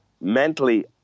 mentally